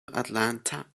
atlanta